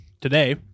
Today